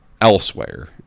elsewhere